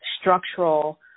structural